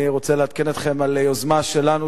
אני רוצה לעדכן אתכם על יוזמה שלנו,